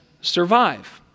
survive